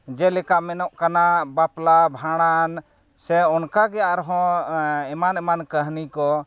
ᱡᱮᱞᱮᱠᱟ ᱢᱮᱱᱚᱜ ᱠᱟᱱᱟ ᱵᱟᱯᱞᱟ ᱵᱷᱟᱸᱰᱟᱱ ᱥᱮ ᱚᱱᱠᱟᱜᱮ ᱟᱨᱦᱚᱸ ᱮᱢᱟᱱ ᱢᱟᱱ ᱠᱟᱹᱦᱱᱤ ᱠᱚ